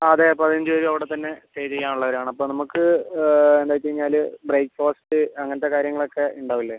അതെ പതിനഞ്ച് പേരും അവിടെത്തന്നെ സ്റ്റേ ചെയ്യാൻ ഉള്ളവരാണ് അപ്പം നമുക്ക് എന്താണെന്ന് വെച്ച് കഴിഞ്ഞാൽ ബ്രേക്ക്ഫാസ്റ്റ് അങ്ങനത്തെ കാര്യങ്ങൾ ഒക്കെ ഉണ്ടാവില്ലേ